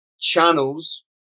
channels